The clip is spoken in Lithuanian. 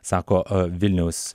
sako vilniaus